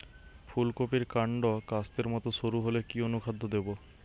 ফুলকপির কান্ড কাস্তের মত সরু হলে কি অনুখাদ্য দেবো?